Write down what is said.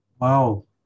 wow